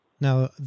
Now